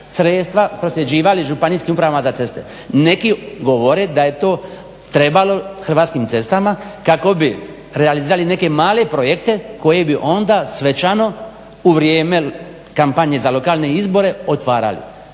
sredstva prosljeđivali Županijskim upravama za ceste. Neki govore da je to trebalo Hrvatskim cestama kako bi realizirali neke male projekte koji bi onda svečano u vrijeme kampanje za lokalne izbore otvarali